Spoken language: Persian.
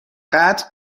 قطع